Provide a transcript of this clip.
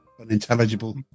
unintelligible